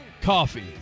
coffee